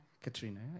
Katrina